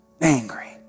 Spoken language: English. angry